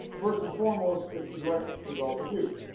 first and foremost, it's the direct result of you,